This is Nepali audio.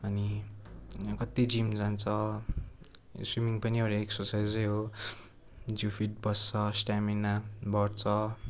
अनि कति जिम जान्छ यो स्विमिङ पनि एउटा एक्सर्साइजै हो जिउ फिट बस्छ स्ट्यामिना बढ्छ